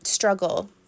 struggle